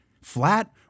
flat